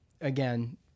again